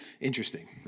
Interesting